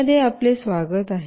मध्ये आपले स्वागत आहे